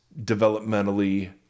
developmentally